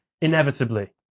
inevitably